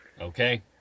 Okay